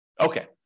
Okay